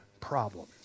problem